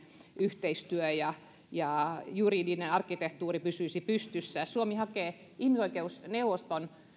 yhteistyö ja ja juridinen arkkitehtuuri pysyisi pystyssä suomi hakee ihmisoikeusneuvoston